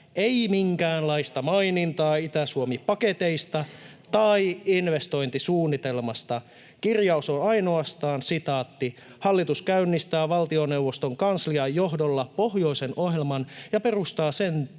ei minkäänlaista mainintaa Itä-Suomi-paketeista tai investointisuunnitelmasta. Kirjaus on ainoastaan: ”Hallitus käynnistää valtioneuvoston kanslian johdolla pohjoisen ohjelman ja perustaa sen työn